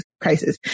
crisis